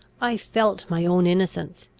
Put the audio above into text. i felt my own innocence,